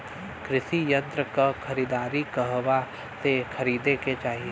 कृषि यंत्र क खरीदारी कहवा से खरीदे के चाही?